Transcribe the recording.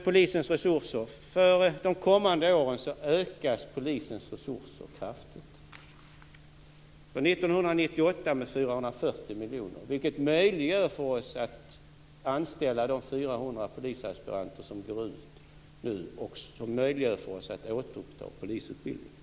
Polisens resurser ökar kraftigt under de kommande åren. För 1998 ökar de med 440 miljoner. Det möjliggör för oss att anställa de 400 polisaspiranter som går ut nu och att återuppta polisutbildningen.